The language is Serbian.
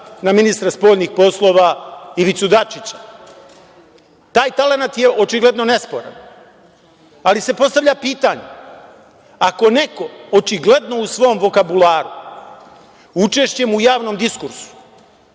na ministra spoljnih poslova Ivicu Dačića. Taj talenat je očigledno nesporan, ali se postavlja pitanje – ako neko očigledno u svom vokabularu učešćem u javnom diskursu